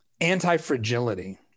anti-fragility